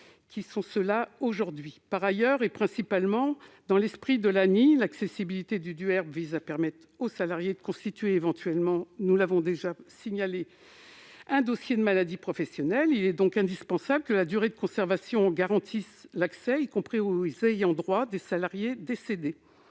mais effectifs. Par ailleurs et principalement, dans l'esprit de l'ANI, l'accessibilité au DUERP vise à permettre aux salariés de constituer éventuellement- nous l'avons déjà signalé -un dossier de maladie professionnelle. Il est donc indispensable que la durée de conservation garantisse l'accès à ce document, y compris aux ayants droit des salariés décédés.